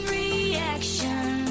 reaction